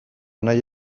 nahi